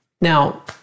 Now